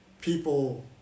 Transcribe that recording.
people